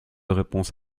réponse